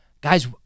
guys